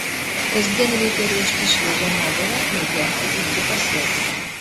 kasdien reikia ruošti šviežią nuovirą ir gerti iki pasveikstant